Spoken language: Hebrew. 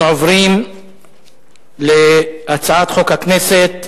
אנחנו עוברים להצעת חוק הכנסת